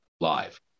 live